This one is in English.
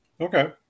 Okay